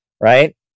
right